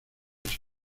ese